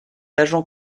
agent